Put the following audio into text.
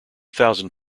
thousand